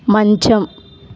మంచం